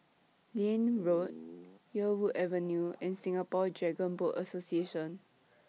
Liane Road Yarwood Avenue and Singapore Dragon Boat Association